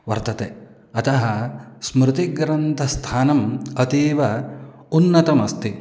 वर्तते अतः स्मृतिग्रन्थानां स्थानम् अतीव उन्नतमस्ति